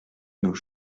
nos